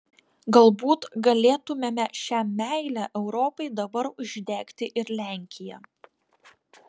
galbūt galėtumėme šia meile europai dabar uždegti ir lenkiją